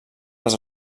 les